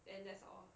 then that's all